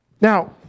Now